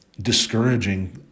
discouraging